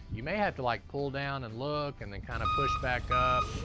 you may have to like pull down and look, and then kind of push back up,